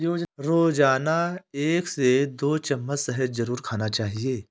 रोजाना एक से दो चम्मच शहद जरुर खाना चाहिए